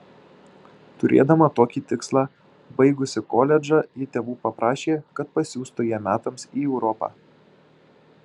turėdama tokį tikslą baigusi koledžą ji tėvų paprašė kad pasiųstų ją metams į europą